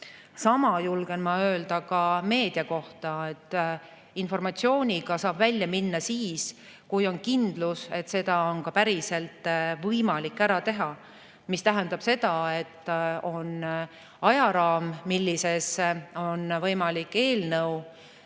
Sama julgen ma öelda ka meedia kohta. Informatsiooniga saab välja minna siis, kui on kindlus, et seda on ka päriselt võimalik ära teha, mis tähendab seda, et on ajaraam, milles on võimalik eelnõu